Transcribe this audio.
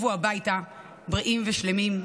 שהם ישובו הביתה בריאים ושלמים,